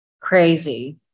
crazy